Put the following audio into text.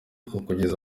kugeza